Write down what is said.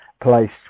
place